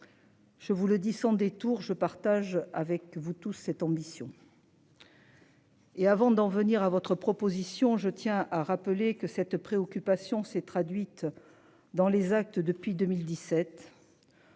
Je vous le dis sans détour, je partage avec vous tous, cette ambition.-- Et avant d'en venir à votre proposition, je tiens à rappeler que cette préoccupation s'est traduite dans les actes depuis 2017.--